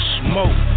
smoke